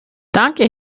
danke